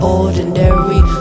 ordinary